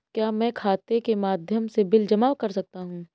क्या मैं खाता के माध्यम से बिल जमा कर सकता हूँ?